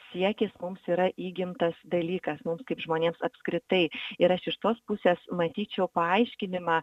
siekis mums yra įgimtas dalykas mums kaip žmonėms apskritai ir aš iš tos pusės matyčiau paaiškinimą